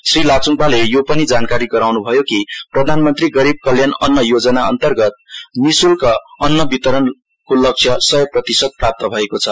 श्री लाच्डपाले यो पनि जानकारी गराउन्भयो कि प्रधानमन्त्री गरीब कल्याण अन्न योजनाअन्तर्गत निःशुल्क अन्न वितरणको लक्ष्य सयप्रतिशत प्राप्त भएको छ